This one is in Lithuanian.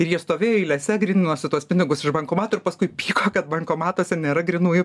ir jie stovėjo eilėse gryninosi tuos pinigus iš bankomatų paskui pyko kad bankomatuose nėra grynųjų